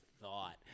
thought